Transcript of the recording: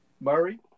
Murray